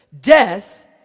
Death